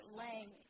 laying